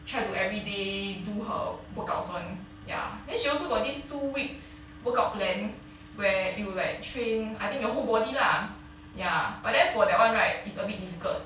try to everyday do her workout also [one] ya then she also got these two weeks workout plan where you will like train I think your whole body lah ya but then for that one right it's a bit difficult